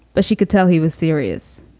but she could tell he was serious.